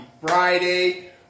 Friday